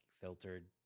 filtered